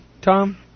Tom